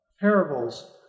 parables